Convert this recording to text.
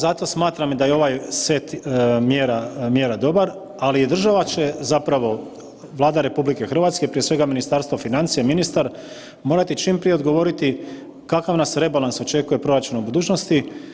Zato smatram da je ovaj set mjera dobar, ali država će, zapravo Vlada RH, prije svega Ministarstvo financija, ministar, morati čim prije odgovoriti kakav nas rebalans očekuje proračuna u budućnosti.